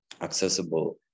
accessible